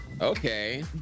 Okay